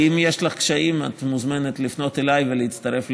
אם יש לך קשיים,